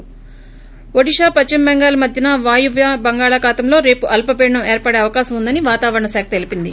ి ఒడిషా పశ్చిమ బెంగాల్ మధ్యన వాయువ్య బంగాళాఖాతంలో రేపు అల్స పీడనం ఏర్పడే అవకాశం ఉందని వాతావరణ శాఖ తెలిపింది